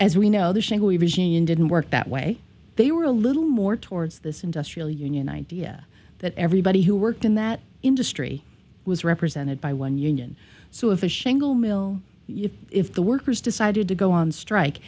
as we know that didn't work that way they were a little more towards this industrial union idea that everybody who worked in that industry was represented by one union so if a shingle mill if the workers decided to go on strike